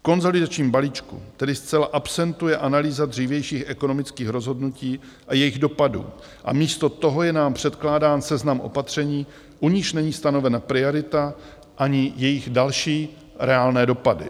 V konsolidačním balíčku tedy zcela absentuje analýza dřívějších ekonomických rozhodnutí a jejich dopadů a místo toho je nám předkládám seznam opatření, u nichž není stanovena priorita ani jejich další reálné dopady.